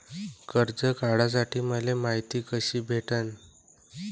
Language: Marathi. कर्ज काढासाठी मले मायती कशी भेटन?